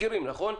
מכירים, נכון?